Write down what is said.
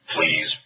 Please